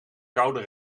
koude